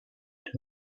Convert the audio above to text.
with